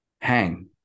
hang